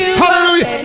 hallelujah